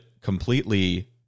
completely